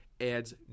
adds